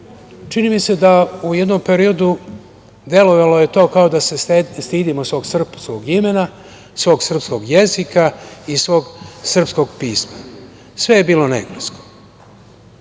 Čini mi se da u jednom periodu, delovalo je to kao da se stidimo svog srpskog imena, svog srpskog jezika i svog srpskog pisma, sve je bilo na engleskom.